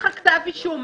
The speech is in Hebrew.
שזה לא טעות,